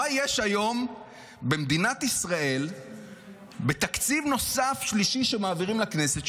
מה יש היום במדינת ישראל בתקציב נוסף שלישי שמעבירים לכנסת,